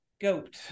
goat